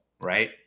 right